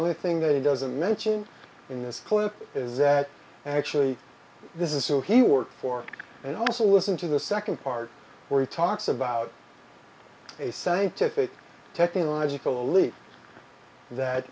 only thing that he doesn't mention in this clip is that actually this is so he worked for and also listen to the second part where he talks about a scientific technological leap that